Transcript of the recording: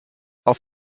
auf